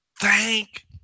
Thank